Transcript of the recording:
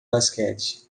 basquete